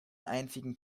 einzigen